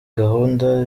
gahunda